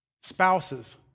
spouses